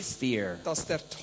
fear